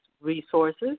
resources